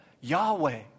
Yahweh